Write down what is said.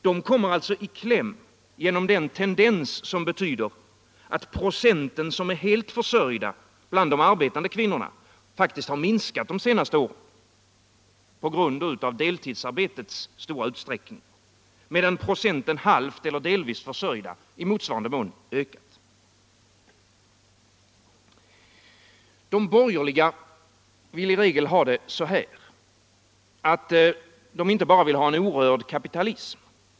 De kommer i kläm genom den tendens som betyder att procenten som är helt försörjda bland de arbetande kvinnorna faktiskt har minskat de senaste åren på grund av deltidsarbetets stora utsträckning, medan procenten halvt eller delvis försörjda i motsvarande mån ökat. De borgerliga vill i regel ha det så här. De vill inte bara ha en orörd kapitalism.